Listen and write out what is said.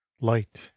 light